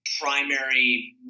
primary